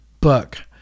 book